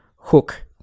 hook